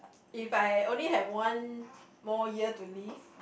if I only have one more year to live